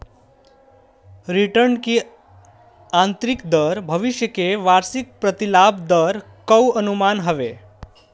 return की आतंरिक दर भविष्य के वार्षिक प्रतिफल दर कअ अनुमान हवे